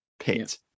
pit